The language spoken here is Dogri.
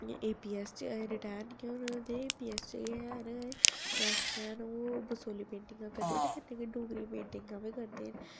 एह् एपीएस च अजें रटैर नेईं होए दे एपीएस च एह् हैन मास्टर ओह् बसोहली पेंटिंगां करदे ते कन्नै गै डोगरी मीटिंगां बी करदे